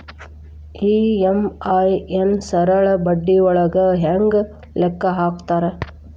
EMI ನ ಸರಳ ಬಡ್ಡಿಯೊಳಗ ಹೆಂಗ ಲೆಕ್ಕ ಹಾಕತಾರಾ